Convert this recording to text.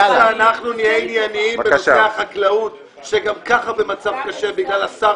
או שנהיה ענייניים בנושא החקלאות שגם ככה במצב קשה בגלל השר